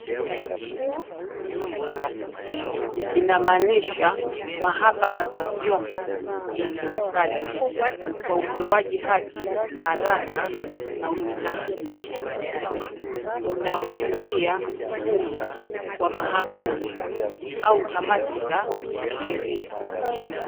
[sc] Judiciary[sc], inamaanisha mahakama za vyombo vya serikali, kwa utoaji haki haraka na ubinafsi, unaaoshiria mfumo wa mahakama au kamati za kisheria.